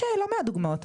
יש לא מעט דוגמאות.